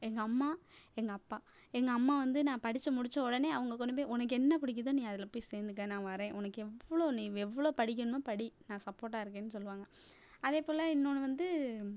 எங்கள் அம்மா எங்கள் அப்பா எங்கள் அம்மா வந்து நான் படித்து முடித்த உடனே அவங்க கொண்டு போய் உனக்கு என்ன பிடிக்குதோ நீ அதில் போய் சேர்ந்துக்க நான் வர்றேன் உனக்கு எவ்வளோ நீ எவ்வளோ படிக்கணுமோ படி நான் சப்போட்டாக இருக்கேன்னு சொல்வாங்க அதே போல் இன்னொன்று வந்து